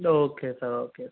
ലോക്കെ സാറെ ഓക്കെ